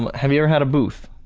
um, have you ever had a booth?